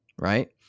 right